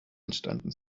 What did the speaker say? entstanden